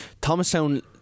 Thomastown